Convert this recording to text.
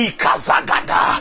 Ikazagada